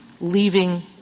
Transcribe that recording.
leaving